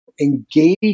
engage